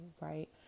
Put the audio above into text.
right